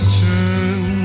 turn